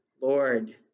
Lord